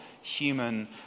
human